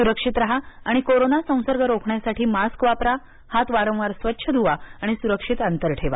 सुरक्षित राहा आणि कोरोना संसर्ग रोखण्यासाठी मास्क वापरा हात वारंवार स्वच्छ धुवा सुरक्षित अंतर ठेवा